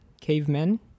cavemen